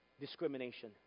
discrimination